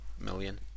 million